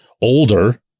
older